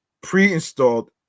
pre-installed